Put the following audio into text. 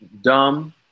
dumb